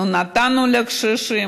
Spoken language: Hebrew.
אנחנו נתנו לקשישים,